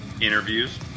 interviews